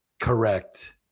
Correct